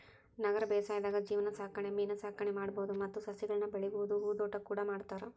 ನಗರ ಬೇಸಾಯದಾಗ ಜೇನಸಾಕಣೆ ಮೇನಸಾಕಣೆ ಮಾಡ್ಬಹುದು ಮತ್ತ ಸಸಿಗಳನ್ನ ಬೆಳಿಬಹುದು ಹೂದೋಟ ಕೂಡ ಮಾಡ್ತಾರ